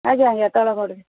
ଆଜ୍ଞା ଆଜ୍ଞା ତଳ କୋର୍ଟରେ